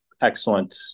excellent